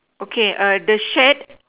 okay err the shed